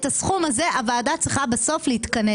על הסכום הזה הוועדה צריכה להתכנס.